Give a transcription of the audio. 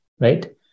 right